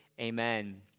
Amen